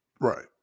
Right